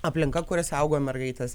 aplinka kurią saugo mergaites